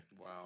Wow